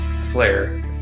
Slayer